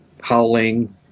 howling